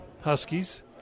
Huskies